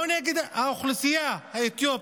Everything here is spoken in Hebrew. לא נגד האוכלוסייה האתיופית,